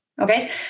Okay